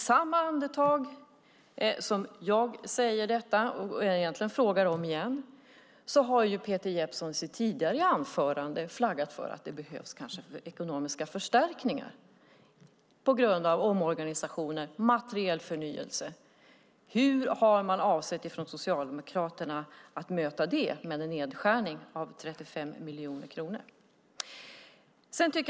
Samtidigt som jag frågar det har Peter Jeppsson i sitt tidigare anförande flaggat för att det kanske behövs ekonomiska förstärkningar på grund av omorganisationer och materielförnyelse. Hur avser Socialdemokraterna att möta det med en nedskärning på 35 miljoner kronor? Fru talman!